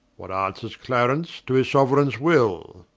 what answeres clarence to his soueraignes will?